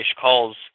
calls